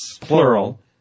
Plural